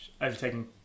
overtaking